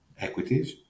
equities